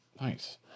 Nice